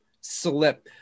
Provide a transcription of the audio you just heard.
slip